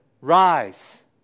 Rise